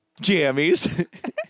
jammies